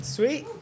sweet